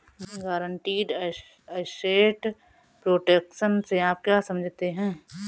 Guaranteed asset protection से आप क्या समझते हैं?